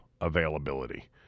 availability